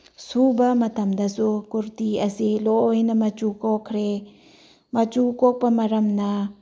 ꯁꯨꯕ ꯃꯇꯝꯗꯁꯨ ꯀꯨꯔꯇꯤ ꯑꯁꯤ ꯂꯣꯏꯅ ꯃꯆꯨ ꯀꯣꯛꯈ꯭ꯔꯦ ꯃꯆꯨ ꯀꯣꯛꯄ ꯃꯔꯝꯅ